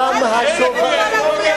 לא, לא כל ערביי